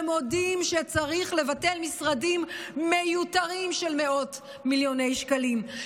שמודים שצריך לבטל משרדים מיותרים של מאות מיליוני שקלים,